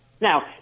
Now